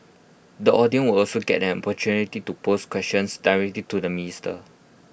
the audience will also get an opportunity to pose questions directly to the minister